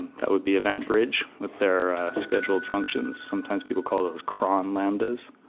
that would be eventbridge with their scheduled functions. sometimes people call those cron lambdas.